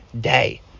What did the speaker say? day